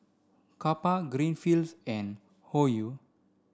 Kappa Greenfields and Hoyu